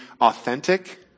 authentic